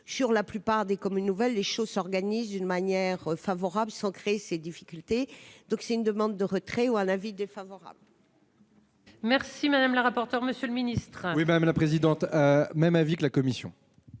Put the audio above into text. sur la plupart des communes nouvelles, les choses s'organisent une manière favorable ancrer ces difficultés, donc c'est une demande de retrait ou un avis défavorable. Merci madame la rapporteure, monsieur le ministre. Oui, madame la présidente, même avis que la commission.